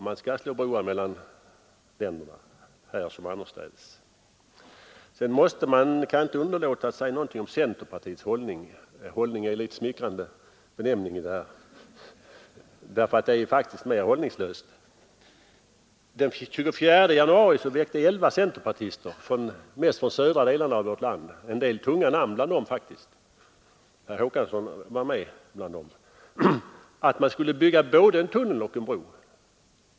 Man skall slå broar mellan länderna, här som annorstädes. Jag kan inte underlåta att säga någonting om centerpartiets hållning. Hållning är en litet smickrande benämning, därför att det är faktiskt mer hållningslöst. Den 24 januari föreslog elva centerpartister, de flesta från södra delarna av vårt land — det var en del tunga namn, herr Håkansson var med bland dem — att man skulle bygga både en tunnel och en bro.